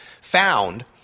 found